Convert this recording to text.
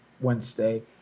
Wednesday